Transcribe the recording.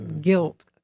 Guilt